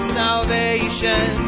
salvation